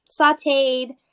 sauteed